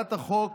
הצעת החוק